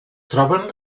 troben